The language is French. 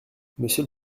monsieur